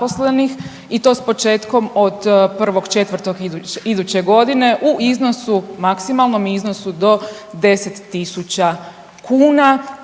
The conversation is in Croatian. i to s početkom od 1.4. iduće godine u iznosu, maksimalnom iznosu do 10.000 kuna